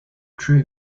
true